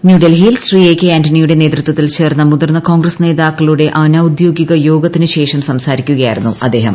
ന്യൂഡൽഹിയൽ Shri A K ആന്റണിയുടെ നേതൃത്വത്തിൽ ചേർന്ന മുതിർന്ന കോൺഗ്രസ് നേതാക്കളുടെ അനൌദ്യോഗിക യോഗത്തിനുശേഷം സംസാരിക്കുകയായിരുന്നു അദ്ദേഹം